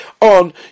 on